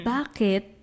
Bakit